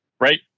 Right